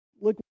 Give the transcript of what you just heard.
look